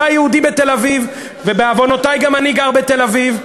אתה יהודי בתל-אביב ובעוונותי גם אני גר בתל-אביב.